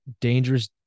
dangerous